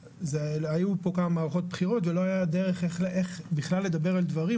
היו כמה מערכות בחירות ולא הייתה דרך לדבר על דברים,